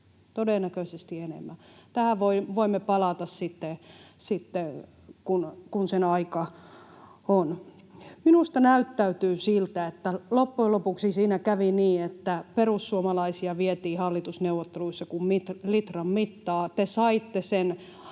Tähän voimme palata sitten, kun sen aika on. Minusta näyttäytyy siltä, että loppujen lopuksi siinä kävi niin, että perussuomalaisia vietiin hallitusneuvotteluissa kuin litran mittaa.